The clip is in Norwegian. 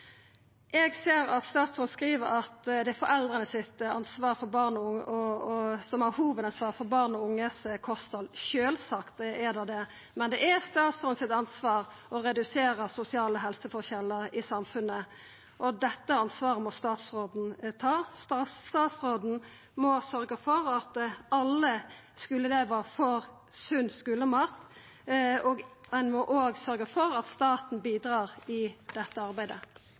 Eg ser at statsråden skriv at det er foreldra som har hovudansvar for barn og unges kosthald. Sjølvsagt er det det, men det er statsråden sitt ansvar å redusera sosiale helseforskjellar i samfunnet, og dette ansvaret må statsråden ta. Statsråden må sørgja for at alle skuleelevar får sunn skulemat, og ein må òg sørgja for at staten bidreg i dette arbeidet.